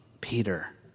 Peter